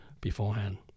beforehand